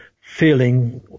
feeling